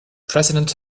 president